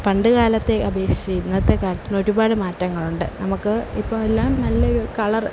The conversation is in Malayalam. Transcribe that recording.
പണ്ട് കാലത്തെ അപേക്ഷിച്ചിട്ട് ഇന്നത്തെ കാലത്ത് ഒരുപാട് മാറ്റങ്ങളുണ്ട് നമുക്ക് ഇപ്പോൾ എല്ലാം നല്ല ഒരു കളറ്